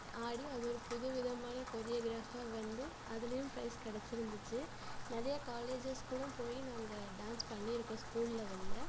ஆடி அது ஒரு புது விதமான கோரியோகிராஃபாக வந்து அதுலேயும் பிரைஸ் கிடச்சிருந்துச்சி நிறையா காலேஜஸ் கூட போய் நாங்கள் டான்ஸ் பண்ணிருக்கோம் ஸ்கூல் லெவலில்